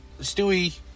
Stewie